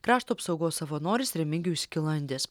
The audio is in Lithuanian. krašto apsaugos savanoris remigijus skilandis